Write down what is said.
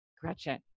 Gretchen